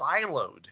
siloed